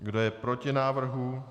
Kdo je proti návrhu?